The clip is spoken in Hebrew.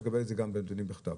נגבה את זה גם בנתונים בכתב.